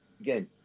Again